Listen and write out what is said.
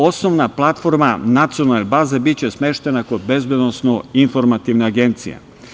Osnovna platforma nacionalne baze biće smeštena kod Bezbednosno-informativne agencije.